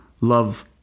love